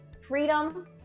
freedom